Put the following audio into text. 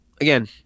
again